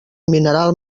mineral